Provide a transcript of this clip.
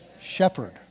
shepherd